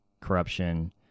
Corruption